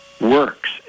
works